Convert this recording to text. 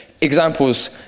examples